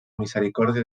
misericòrdia